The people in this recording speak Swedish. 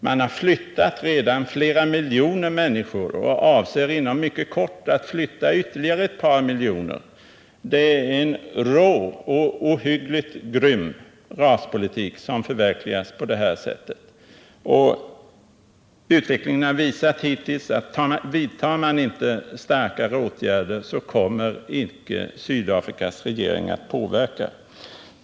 Man har redan flyttat flera miljoner människor och avser inom kort att flytta ytterligare ett par miljoner. Det är en rå och ohyggligt grym raspolitik som förverkligas på det sättet, och utvecklingen har hittills visat att vidtas inte starkare åtgärder så kommer Sydafrikas regering inte att låta sig påverka.